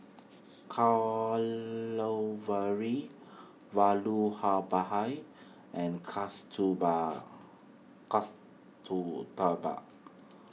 Vallabhbhai and Kasturba